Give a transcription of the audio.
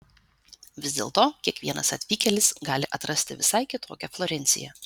vis dėlto kiekvienas atvykėlis gali atrasti vis kitokią florenciją